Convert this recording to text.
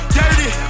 dirty